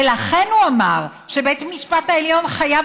ולכן הוא אמר שבית המשפט העליון חייב